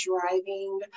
driving